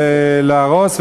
ולהרוס,